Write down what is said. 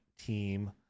team